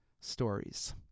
stories